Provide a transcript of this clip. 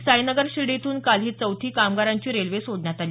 साईनगर शिर्डी इथून काल ही चौथी कामगारांची रेल्वे सोडण्यात आली